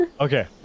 Okay